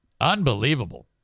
Unbelievable